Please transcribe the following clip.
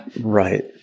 Right